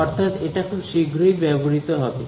অর্থাৎ এটা খুব শীঘ্রই ব্যবহৃত হবে